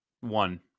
One